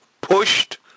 pushed